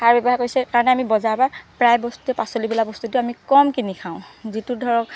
সাৰ ব্যৱহাৰ কৰিছে কাৰণে আমি বজাৰৰ পা প্ৰায় বস্তুৱে পাচলি বোলা বস্তুটো আমি কম কিনি খাওঁ যিটোত ধৰক